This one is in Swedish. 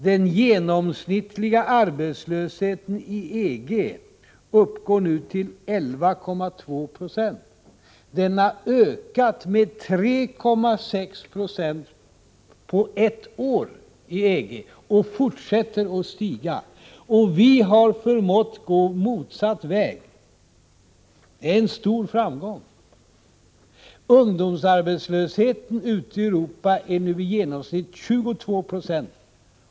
Den genomsnittliga arbetslösheten i EG uppgår nu till 11,2 26. Den har där ökat med 3,6 96 på ett år och fortsätter att stiga. Vi har förmått gå motsatt väg. Det är en stor framgång. Ungdomsarbetslösheten ute i Europa är nu i genomsnitt 22 96.